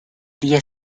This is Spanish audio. día